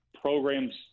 programs